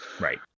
Right